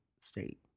state